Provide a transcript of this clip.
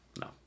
No